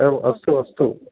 एवम् अस्तु अस्तु